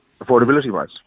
affordability-wise